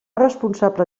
responsable